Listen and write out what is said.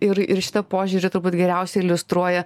ir ir šitą požiūrį turbūt geriausiai iliustruoja